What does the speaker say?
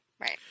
Right